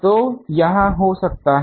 तो यह हो सकता है